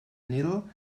needle